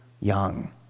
young